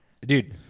Dude